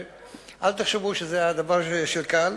אל תחשבו שזה דבר קל.